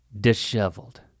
disheveled